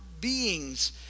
beings